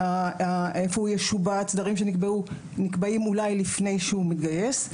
איפה הוא ישובץ דברים שנקבעים לפני שהוא מתגייס.